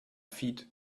feet